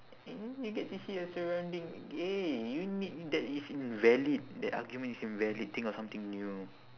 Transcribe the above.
eh you get to see your surrounding eh you need that is invalid that argument is invalid think of something new